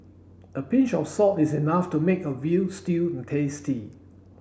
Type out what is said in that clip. a pinch of salt is enough to make a veal stew and tasty